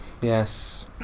Yes